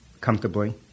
comfortably